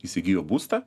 įsigijo būstą